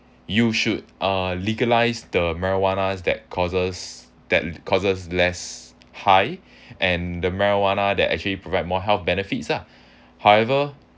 you should uh legalised the marijuana that causes that causes less high and the marijuana that actually provide more health benefits lah however